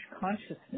consciousness